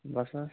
بس حظ